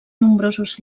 nombrosos